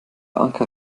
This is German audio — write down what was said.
anker